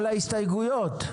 על ההסתייגויות.